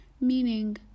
meaning